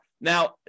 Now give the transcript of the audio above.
Now